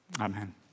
Amen